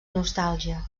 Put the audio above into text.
nostàlgia